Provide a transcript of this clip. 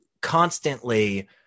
constantly